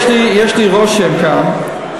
יש לי רושם כאן,